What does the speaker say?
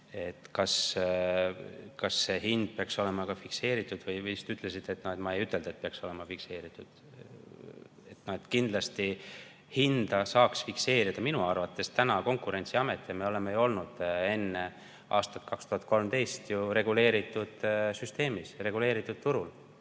kas hind peaks olema ka fikseeritud või te vist ütlesite, et ma ei ütelnud, et peaks olema fikseeritud, siis kindlasti hinda saaks fikseerida minu arvates täna Konkurentsiamet. Me oleme olnud enne aastat 2013 reguleeritud süsteemis, reguleeritud turul.